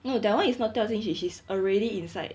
no that one is not 掉进去 she's already inside